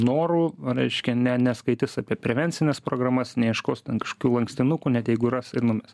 noru reiškia ne neskaitys apie prevencines programas neieškos ten kažkokių lankstinukų net jeigu ras ir numes